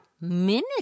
minute